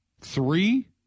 Three